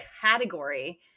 category